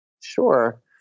Sure